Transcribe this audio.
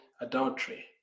adultery